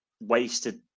wasted